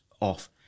off